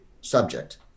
subject